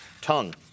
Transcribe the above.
tongue